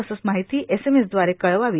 तसंच माहिती एसएमएसदवारे कळवावी